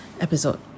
episode